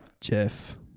jeff